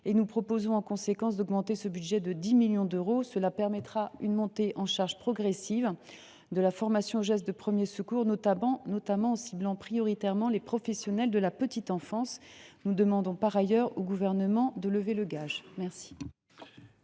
Nous proposons en conséquence d’augmenter ce budget de 10 millions d’euros. Cela permettra une montée en charge progressive de la formation aux gestes de premiers secours, notamment en ciblant prioritairement les professionnels de la petite enfance. Nous demandons par ailleurs au Gouvernement de lever le gage.